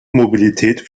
mobilität